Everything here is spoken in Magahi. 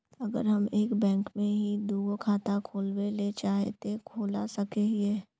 अगर हम एक बैंक में ही दुगो खाता खोलबे ले चाहे है ते खोला सके हिये?